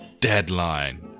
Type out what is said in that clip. Deadline